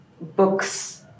Books